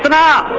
but da